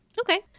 Okay